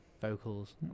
vocals